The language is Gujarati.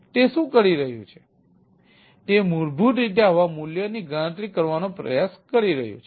તેથી તે શું કરી રહ્યું છે તે મૂળભૂત રીતે આવા મૂલ્યોની ગણતરી કરવાનો પ્રયાસ કરી રહ્યું છે